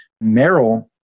Merrill